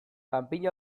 panpina